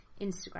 Instagram